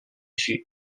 程序